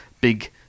big